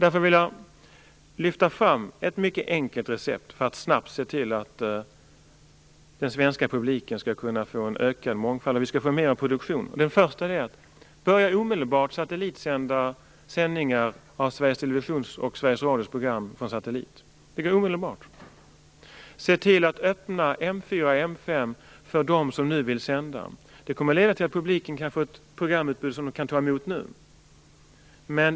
Därför vill jag lyfta fram ett mycket enkelt recept för att snabbt se till att den svenska publiken kan få en ökad mångfald och att det blir mer av produktion. För det första gäller det att omedelbart börja sända För det andra gäller det att se till att M 4 och M 5 öppnas för dem som nu vill sända. Det kommer att leda till att publiken kan få ett programutbud som den kan ta emot nu.